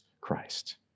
Christ